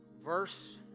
verse